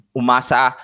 umasa